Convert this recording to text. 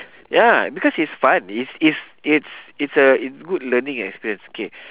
ya because it's fun is it's it's it's a it's good learning experience K